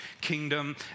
kingdom